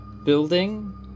building